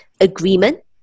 agreement